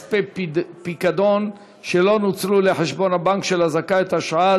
העברת כספי פיקדון שלא נוצלו לחשבון הבנק של הזכאי),